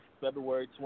February